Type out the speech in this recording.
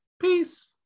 Peace